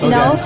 no